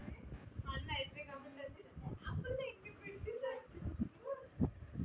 గుంటడి చదువుకని డిపాజిట్ చేశాను వడ్డీ తగ్గిపోవడం ఏటి పెరగలేదు ఎంతేసానంతే ఉంది